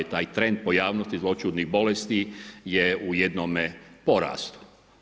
Taj trend pojavnosti zloćudnih bolesti je u jednome porastu.